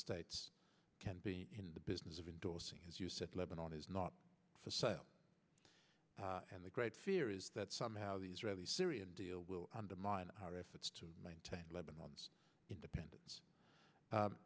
states can be in the business of indorsing as you said lebanon is not for sale and the great fear is that somehow the israeli syrian deal will undermine our efforts to maintain lebanon's independence